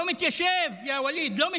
זה לא מתיישב, יא ווליד, לא מתיישב.